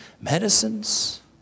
medicines